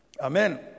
Amen